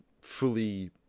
fully